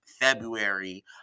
february